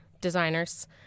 designers